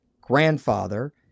grandfather